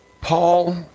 Paul